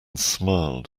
smiled